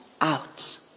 out